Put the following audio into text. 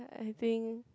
I think